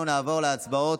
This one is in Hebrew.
אנחנו נעבור להצבעות.